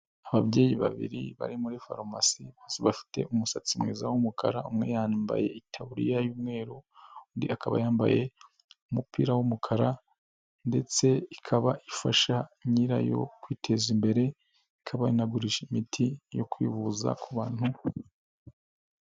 Ababyeyi babiri bari muri farumasi bafite umusatsi mwiza w'umukara umwe yambaye itaburiya y'umweru undi akaba yambaye umupira w'umukara, ndetse ikaba ifasha nyirayo kwiteza imbere ikaba inagurisha imiti yo kwivuza ku bantu.